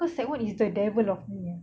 cause sec one is the devil of me